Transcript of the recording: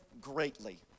greatly